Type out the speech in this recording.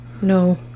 No